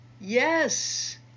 Yes